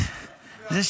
בלי עין הרע, בלי עין הרע.